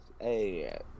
hey